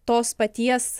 tos paties